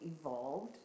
evolved